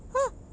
!huh!